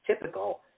typical